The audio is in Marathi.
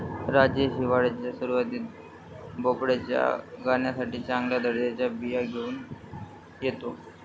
राजेश हिवाळ्याच्या सुरुवातीला भोपळ्याच्या गाण्यासाठी चांगल्या दर्जाच्या बिया घेऊन येतो